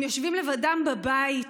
הם יושבים לבדם בבית